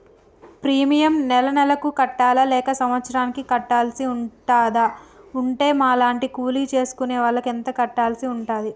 Premium నెల నెలకు కట్టాలా లేక సంవత్సరానికి కట్టాల్సి ఉంటదా? ఉంటే మా లాంటి కూలి చేసుకునే వాళ్లు ఎంత కట్టాల్సి ఉంటది?